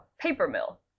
paper-mill